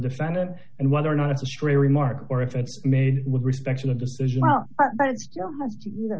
defendant and whether or not a stray remark or if it's made with respect to the decision but y